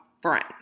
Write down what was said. friends